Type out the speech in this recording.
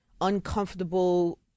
uncomfortable